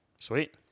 sweet